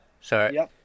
Sorry